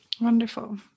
Wonderful